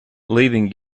leaving